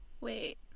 Wait